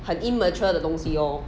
很 immature 的东西 lor